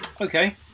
okay